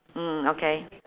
mm okay